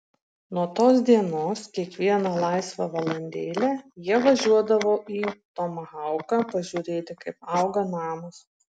nuo tos dienos kiekvieną laisvą valandėlę jie važiuodavo į tomahauką pažiūrėti kaip auga namas